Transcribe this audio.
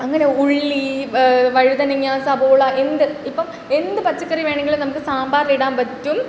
അങ്ങനെ ഉള്ളീ വഴുതനങ്ങ സബോള എന്ത് ഇപ്പം എന്ത് പച്ചക്കറി വേണങ്കിലും നമുക്ക് സാമ്പാറിലിടാൻ പറ്റും